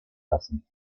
lassen